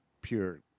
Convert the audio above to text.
pure